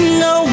no